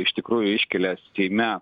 iš tikrųjų iškelia seime